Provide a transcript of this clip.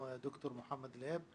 ד"ר מוחמד אלהיב,